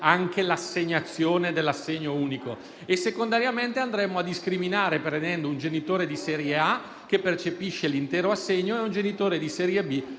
anche l'assegnazione dell'assegno unico, e secondariamente a discriminare tra un genitore di serie A, che percepisce l'intero assegno, e uno di serie B,